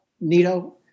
NITO